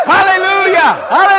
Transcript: Hallelujah